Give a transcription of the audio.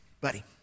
buddy